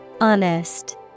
Honest